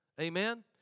Amen